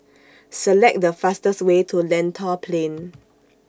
Select The fastest Way to Lentor Plain